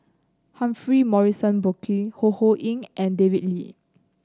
Humphrey Morrison Burkill Ho Ho Ying and David Lee